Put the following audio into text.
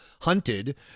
hunted